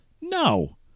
No